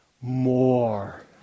more